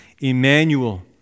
Emmanuel